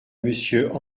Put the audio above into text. monsieur